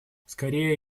скорее